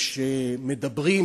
כשמדברים,